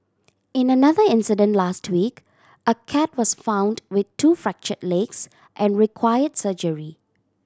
in another incident last week a cat was found with two fracture legs and require surgery